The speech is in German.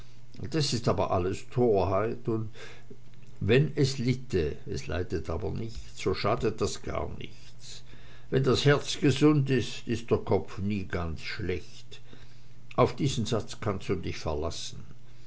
das ist aber alles torheit und wenn es litte es leidet aber nicht so schadet das gar nichts wenn das herz gesund ist ist der kopf nie ganz schlecht auf diesen satz kannst du dich verlassen